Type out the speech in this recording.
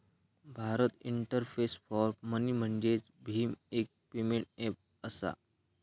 Bharat interface for money म्हणजेच भीम, एक पेमेंट ऐप असा